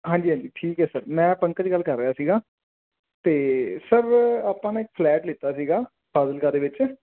ਹਾਂਜੀ ਹਾਂਜੀ ਠੀਕ ਹੈ ਸਰ ਮੈਂ ਪੰਕਜ ਗੱਲ ਕਰ ਰਿਹਾ ਸੀਗਾ ਅਤੇ ਸਰ ਆਪਾਂ ਨੇ ਇੱਕ ਫਲੈਟ ਲਿੱਤਾ ਸੀਗਾ ਫ਼ਾਜ਼ਿਲਕਾ ਦੇ ਵਿੱਚ